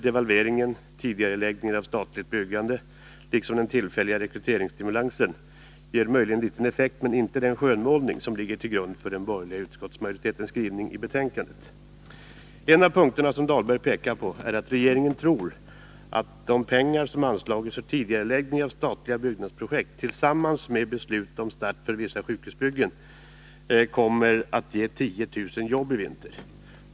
Devalveringen, tidigareläggningen av statligt byggande och den tillfälliga rekryteringsstimulansen ger möjligen en liten effekt men motiverar inte den skönmålning som ges i den borgerliga utskottsmajoritetens skrivning i betänkandet. En av de punkter som Åke Dahlberg pekar på är att regeringen tror att de pengar som har anslagits för tidigareläggning av statliga byggnadsprojekt tillsammans med beslut om start för vissa sjukhusbyggen kommer att ge 10 000 jobb i vinter.